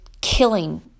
killing